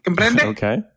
Okay